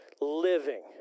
living